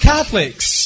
Catholics